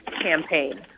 campaign